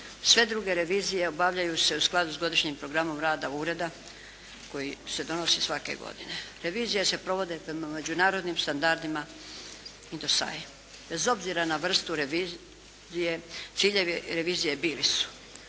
Sve druge revizije obavljaju se u skladu s godišnjim programom rada ureda koji se donosi svake godine. Revizije se provode prema međunarodnim standardima …/Govornik se ne razumije./… Bez obzira na vrstu revizije ciljevi revizije bili su